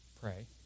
Pray